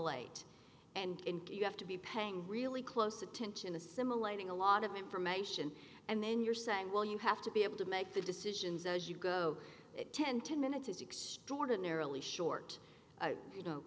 e and you have to be paying really close attention assimilating a lot of information and then you're saying well you have to be able to make the decisions as you go it ten ten minutes is extraordinarily short you know